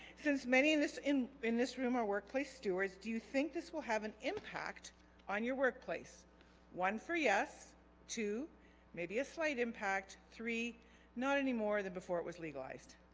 since many in this in in this room are workplace stewards do you think this will have an impact on your workplace one for yes to maybe a slight impact three not any more than before it was legalized